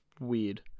weird